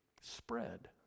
spread